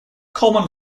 common